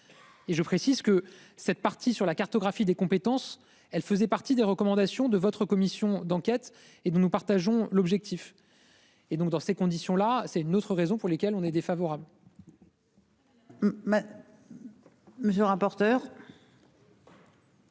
Et je précise que cette partie sur la cartographie des compétences, elle faisait partie des recommandations de votre commission d'enquête et nous nous partageons l'objectif. Et donc dans ces conditions là c'est une autre raison pour lesquelles on est défavorable.-- Monsieur le rapporteur.